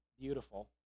beautiful